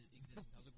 existence